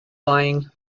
lying